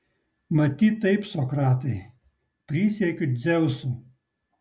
matyt taip sokratai prisiekiu dzeusu